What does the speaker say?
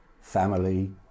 family